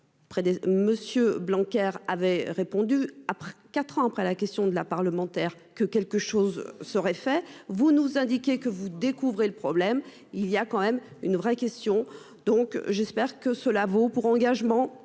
monsieur Blanquer avait répondu après 4 ans après, la question de la parlementaire que quelque chose se fait vous nous indiquait que vous Découvrez le problème. Il y a quand même une vraie question. Donc j'espère que cela vaut pour engagement